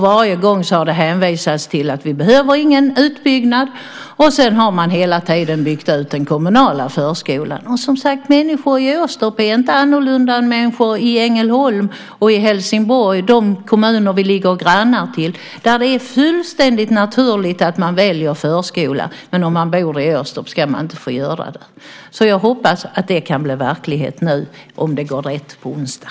Varje gång har det hänvisats till att vi inte behöver någon utbyggnad, och sedan har man hela tiden byggt ut den kommunala förskolan. Människor i Åstorp är inte annorlunda än människor i Ängelholm och Helsingborg, de kommuner vi ligger grannar till. Där är det fullständigt naturligt att man väljer förskola. Men om man bor i Åstorp ska man inte få göra det. Jag hoppas att det kan bli verklighet, om det går rätt i voteringen på onsdag.